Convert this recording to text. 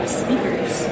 speakers